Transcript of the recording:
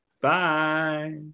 bye